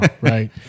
right